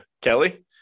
Kelly